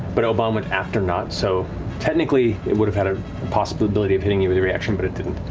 but obann went after nott, so technically it would've had a possibility of hitting you with a reaction, but it didn't.